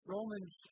Romans